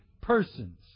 persons